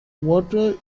water